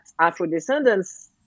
Afro-descendants